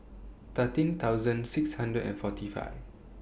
thirteen thousand six hundred and forty five